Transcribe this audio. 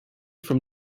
from